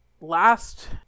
Last